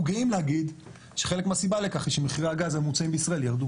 גאים להגיד שחלק מהסיבה לכך היא שמחירי הגז הממוצעים בישראל ירדו.